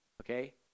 Okay